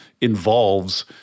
involves